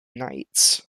nights